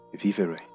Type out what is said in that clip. vivere